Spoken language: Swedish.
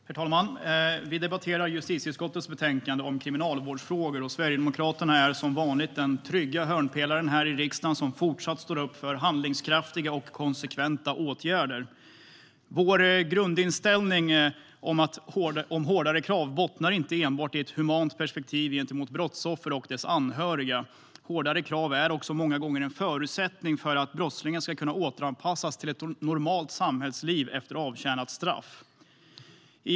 Herr talman! Vi debatterar justitieutskottets betänkande om kriminalvårdsfrågor, och Sverigedemokraterna är som vanligt den trygga hörnpelaren här i riksdagen som fortsatt står upp för handlingskraftiga och konsekventa åtgärder. Vår grundinställning om hårdare krav bottnar inte enbart i ett humant perspektiv gentemot brottsoffer och dess anhöriga. Hårdare krav är också många gånger en förutsättning för att brottslingar ska kunna återanpassas till ett normalt samhällsliv efter avtjänat straff.